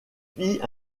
fit